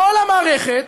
כל המערכת,